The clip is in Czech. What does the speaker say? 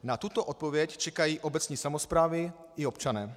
Na tuto odpověď čekají obecní samosprávy i občané.